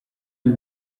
ibi